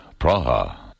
Praha